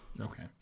Okay